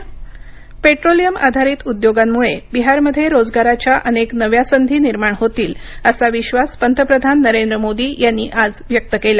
पंतप्रधान पेट्रोलियम आधारित उद्योगांमुळे बिहारमध्ये रोजगाराच्या अनेक नव्या संधी निर्माण होतील असा विश्वास पंतप्रधान नरेंद्र मोदी यांनी आज व्यक्त केला